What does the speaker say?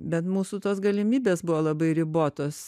bet mūsų tos galimybės buvo labai ribotos